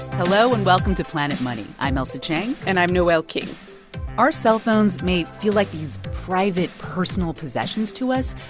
hello, and welcome to planet money. i'm ailsa chang and i'm noel king our cellphones may feel like these private, personal possessions to us,